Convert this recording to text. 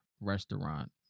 restaurant